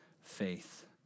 faith